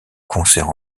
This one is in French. concerts